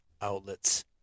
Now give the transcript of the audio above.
outlets